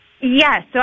Yes